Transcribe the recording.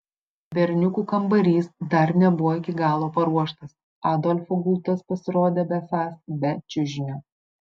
berniukų kambarys dar nebuvo iki galo paruoštas adolfo gultas pasirodė besąs be čiužinio